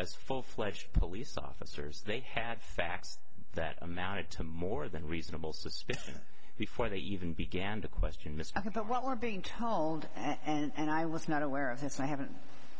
as full fledged police officers they had facts that amounted to more than reasonable suspicion before they even began to question mr i think that what we're being told and i was not aware of that so i haven't